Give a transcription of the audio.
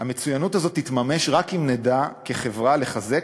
המצוינות הזאת תתממש רק אם נדע כחברה לחזק